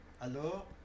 Alors